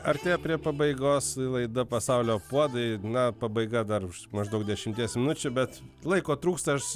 artėja prie pabaigos laida pasaulio puodai na pabaiga dar maždaug dešimties minučių bet laiko trūksta aš